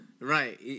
Right